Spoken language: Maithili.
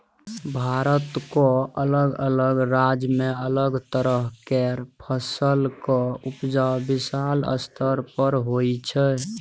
भारतक अलग अलग राज्य में अलग तरह केर फसलक उपजा विशाल स्तर पर होइ छै